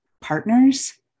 partners